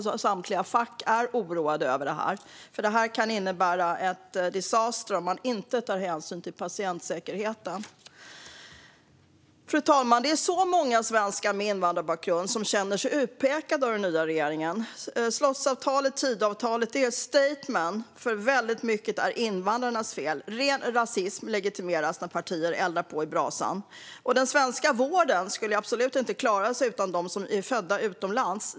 Samtliga fack är oroade, för det kan innebära disaster om man inte tar hänsyn till patientsäkerheten. Fru talman! Det är väldigt många svenskar med invandrarbakgrund som känner sig utpekade av den nya regeringen. Slottsavtalet, Tidöavtalet, är ett statement där väldigt mycket är invandrarnas fel. Ren rasism legitimeras när partier eldar på. Den svenska vården skulle absolut inte klara sig utan dem som är födda utomlands.